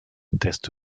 test